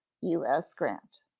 u s. grant.